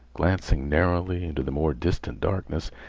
glancing narrowly into the more distant darkness,